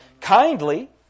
kindly